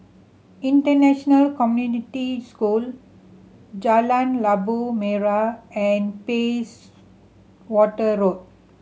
International Community School Jalan Labu Merah and Bayswater Road